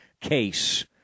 case